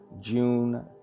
June